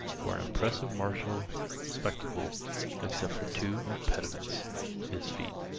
were an impressive martial spectacle except for two impediments his feet.